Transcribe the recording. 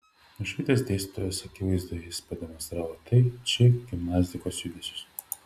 nušvitęs dėstytojos akivaizdoje jis pademonstravo tai či gimnastikos judesius